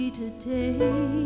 today